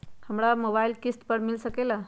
हमरा मोबाइल किस्त पर मिल सकेला?